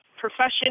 profession